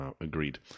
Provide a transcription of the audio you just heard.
agreed